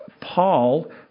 Paul